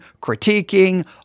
critiquing